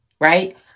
right